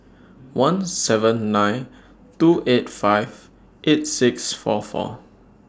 one seven nine two eight five eight six four four